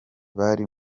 bari